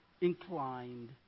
inclined